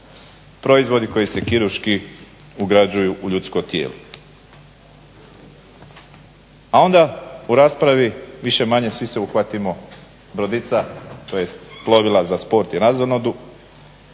proizvodi koji se kirurški ugrađuju u ljudsko tijelo. A onda u raspravi više-manje svi se uhvatimo brodica, plovila za sport i razonodu